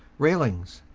railings,